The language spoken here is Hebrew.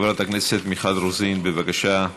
חברת הכנסת מיכל רוזין, בבקשה.